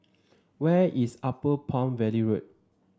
where is Upper Palm Valley Road